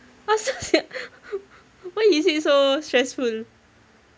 asal sia why is he so stressful